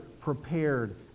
prepared